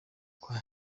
kwa